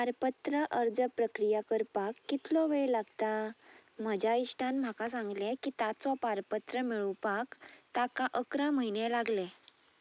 पारपत्र अर्ज प्रक्रिया करपाक कितलो वेळ लागता म्हज्या इश्टान म्हाका सांगले की ताचो पारपत्र मेळोवपाक ताका इकरा म्हयने लागले